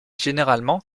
généralement